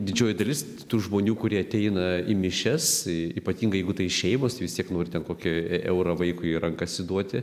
didžioji dalis tų žmonių kurie ateina į mišias ypatingai jeigu tai šeimos vis tiek nori ten kokį eurą vaikui į rankas įduoti